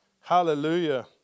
Hallelujah